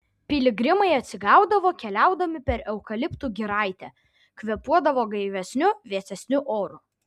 piligrimai atsigaudavo keliaudami per eukaliptų giraitę kvėpuodavo gaivesniu vėsesniu oru